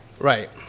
Right